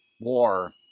war